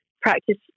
practice